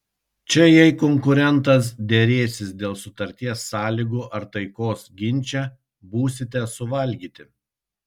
čia jei konkurentas derėsis dėl sutarties sąlygų ar taikos ginče būsite suvalgyti